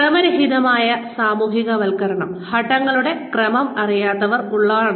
ക്രമരഹിതമായ സാമൂഹികവൽക്കരണം ഘട്ടങ്ങളുടെ ക്രമം അറിയാത്തപ്പോൾ ഉള്ളതാണ്